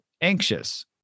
anxious